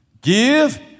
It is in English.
Give